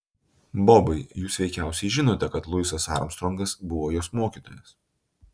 bobai jūs veikiausiai žinote kad luisas armstrongas buvo jos mokytojas